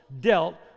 dealt